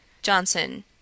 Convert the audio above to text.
Johnson